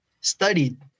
studied